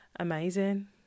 amazing